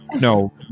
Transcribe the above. no